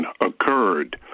occurred